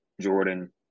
Jordan